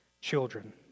children